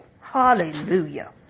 Hallelujah